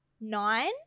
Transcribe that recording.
nine